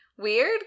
weird